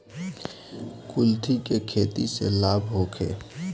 कुलथी के खेती से लाभ होखे?